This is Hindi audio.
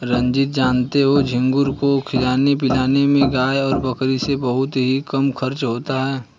रंजीत जानते हो झींगुर को खिलाने पिलाने में गाय और बकरी से बहुत ही कम खर्च होता है